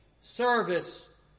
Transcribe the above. service